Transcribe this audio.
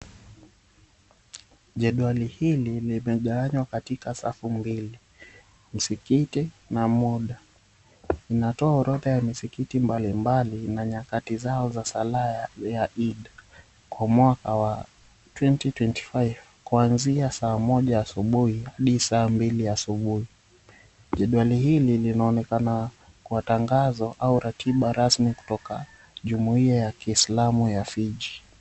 Jedwali hili, limegawanywa katika safu mbili; msikiti na muda. Inatoa orodha ya misikiti mbali mbali, na nyakati zao za sala ya Idd kwa mwaka wa 2025, kuanzia saa moja asubuhi hadi saa mbili asubuhi. Jedwali hili linaonekana kwa tangazo au ratiba rasmi kutoka jumuiya ya kiislamu ya Fiji.